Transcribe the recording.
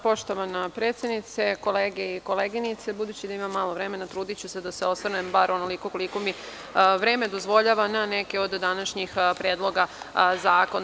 Poštovana predsednice, kolege i koleginice, budući da imam malo vremena, trudiću se da se osvrnem, bar onoliko koliko mi vreme dozvoljava, na neke od današnjih predloga zakona.